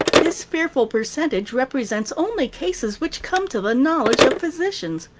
this fearful percentage represents only cases which come to the knowledge of physicians.